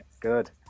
Good